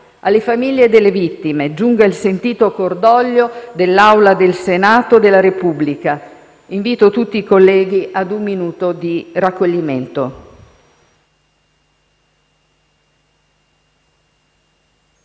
Alle famiglie delle vittime giunga il sentito cordoglio dell'Assemblea del Senato della Repubblica. Invito tutti i colleghi ad osservare un minuto di raccoglimento.